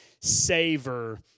savor